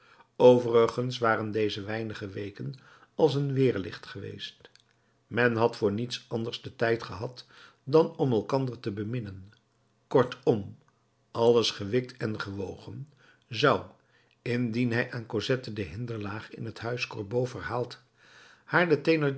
overigens waren deze weinige weken als een weerlicht geweest men had voor niets anders den tijd gehad dan om elkander te beminnen kortom alles gewikt en gewogen zou indien hij aan cosette de hinderlaag in het huis gorbeau verhaald haar